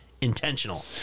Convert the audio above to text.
intentional